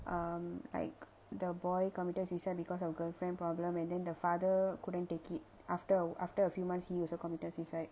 um like the boy committed suicide because of girlfriend problem and then the father couldn't take it after after a few months he also committed suicide